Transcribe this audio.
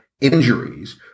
injuries